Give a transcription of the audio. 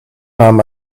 nahm